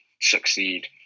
succeed